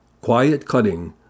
quiet-cutting